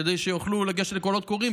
כדי שיוכלו לגשת לקולות קוראים,